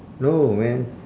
no man